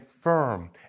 firm